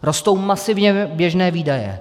Rostou masivně běžné výdaje.